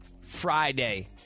Friday